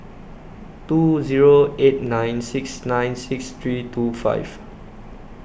two Zero eight nine six nine six three two five